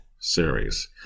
series